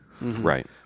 right